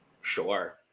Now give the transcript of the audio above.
Sure